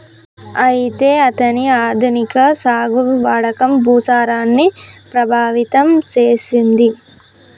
అయితే అతని ఆధునిక సాగు వాడకం భూసారాన్ని ప్రభావితం సేసెసింది